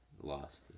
lost